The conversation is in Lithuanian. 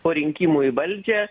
po rinkimų į valdžią